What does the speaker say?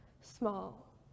small